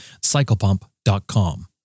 CyclePump.com